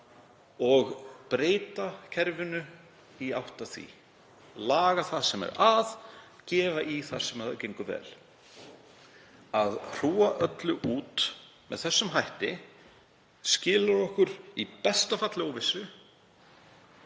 og breyta kerfinu í átt að því, laga það sem er að og gefa í þar sem gengur vel. Að hrúga öllu út með þessum hætti skilar okkur í besta falli óvissu